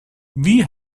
wie